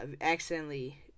accidentally